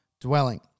dwelling